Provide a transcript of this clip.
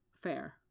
Fair